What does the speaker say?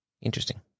Interesting